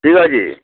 ঠিক আছে